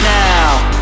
now